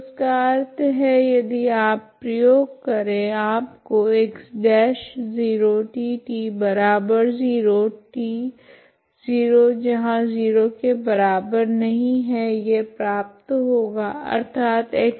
तो इसका अर्थ है यदि आप प्रयोग करे आपको X'T0 T ≠0 प्राप्त होगा अर्थात X'0